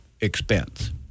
expense